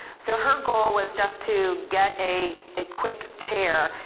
so her goal was just to get a a quick chair.